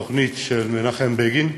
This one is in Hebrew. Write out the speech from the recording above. התוכנית של מנחם בגין,